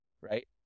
right